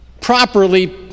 properly